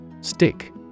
Stick